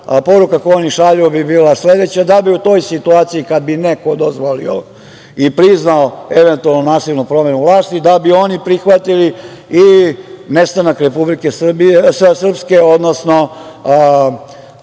Poruka koju oni šalju bi bila sledeća, da bi u toj situaciji kada bi neko dozvolio i priznao eventualno nasilno promenu vlasti, da bi oni prihvatili i nestanak Republike Srpske, odnosno